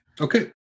Okay